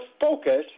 focus